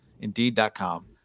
Indeed.com